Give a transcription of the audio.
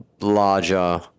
larger